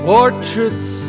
Portraits